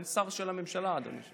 אין שר של הממשלה, אדוני.